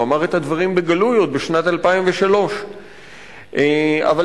הוא אמר את הדברים בגלוי עוד בשנת 2003. אבל,